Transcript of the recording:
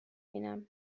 بینم